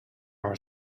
are